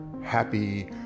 happy